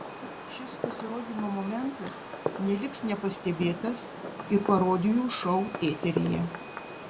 šis pasirodymo momentas neliks nepastebėtas ir parodijų šou eteryje